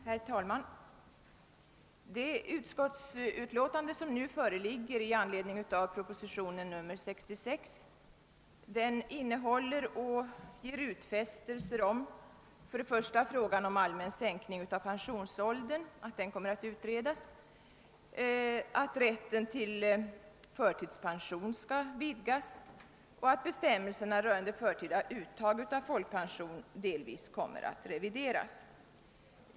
Herr talman! Det utskottsutlåtande som nu föreligger i anledning av proposition nr 66 ger utfästelser om för det första att frågan om en allmän sänkning av pensionsåldern kommer att utredas, för det andra att rätten till förtidspension skall vidgas och för det tredje att bestämmelserna rörande förtida uttag av folkpension delvis kommer att revideras.